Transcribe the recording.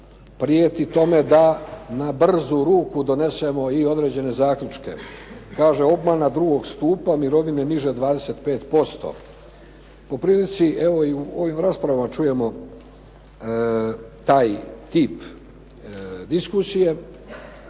prijeti tome da na brzu ruku donesemo i određene zaključke. Kaže obmana drugog stupa, mirovine niže 25%. Po prilici, evo i u ovim raspravama čujemo taj tip diskusije